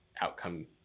outcome